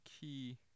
key